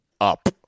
up